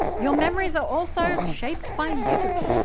your memories are also shaped by you.